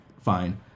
fine